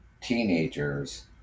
teenagers